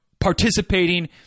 participating